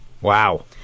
Wow